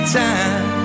time